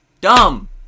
Dumb